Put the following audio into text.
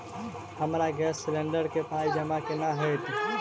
हमरा gas cylinder केँ पाई जमा केना हएत?